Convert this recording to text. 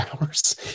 hours